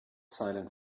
silent